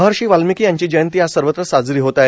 महर्षी वाल्मिकी यांची जयंती आज सर्वत्र साजरी होत आहे